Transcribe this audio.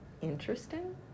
interesting